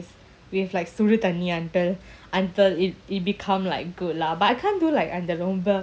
with like suduthanni until until it it become like good lah but I can't do like ரொம்ப:romba